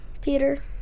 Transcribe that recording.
Peter